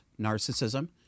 narcissism